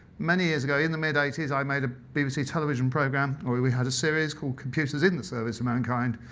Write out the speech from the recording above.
many years ago in the mid eighty s, i made a bbc television program, or we we had a series called computers in the service of mankind.